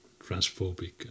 transphobic